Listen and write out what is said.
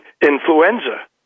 influenza